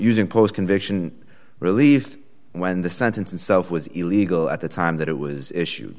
using post conviction relief when the sentence itself was illegal at the time that it was issue